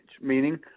meaning